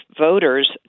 voters